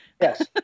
Yes